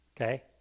Okay